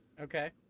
Okay